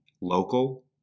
local